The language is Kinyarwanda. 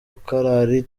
korali